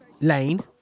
Lane